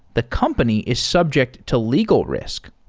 the company is subject to legal risk.